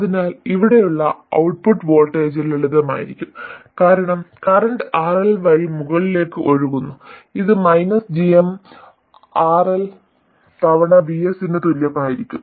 അതിനാൽ ഇവിടെയുള്ള output voltage ലളിതമായിരിക്കും കാരണം കറന്റ് RL വഴി മുകളിലേക്ക് ഒഴുകുന്നു ഇത് മൈനസ് gm RL തവണ VS ന് തുല്യമായിരിക്കും